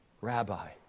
Rabbi